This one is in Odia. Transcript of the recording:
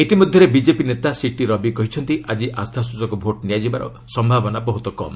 ଇତିମଧ୍ୟରେ ବିକେପି ନେତା ସିଟି ରବି କହିଛନ୍ତି ଆଜି ଆସ୍ଥାସ୍ଟଚକ ଭୋଟ୍ ନିଆଯିବାର ସମ୍ଭାବନା ବହୁତ କମ୍